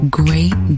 great